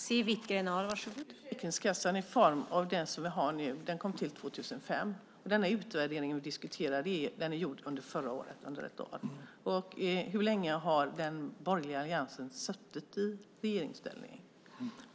Fru talman! Försäkringskassan som den ser ut nu kom till 2005. Den utvärdering vi diskuterar är gjord under förra året. Hur länge har den borgerliga alliansen suttit i regeringsställning?